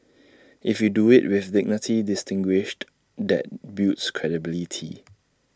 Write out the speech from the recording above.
if you do IT with dignity distinguished that builds credibility